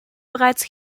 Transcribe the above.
bereits